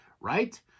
right